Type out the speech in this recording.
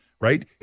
right